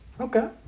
Okay